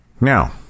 Now